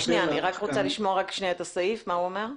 רק שנייה, אני רוצה לשמוע את הסעיף, מה הוא אומר.